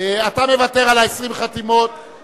אתה מוותר על ה-20 חתימות.